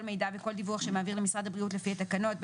מידע וכל דיווח שמעביר למשרד הבריאות לפי התקנות,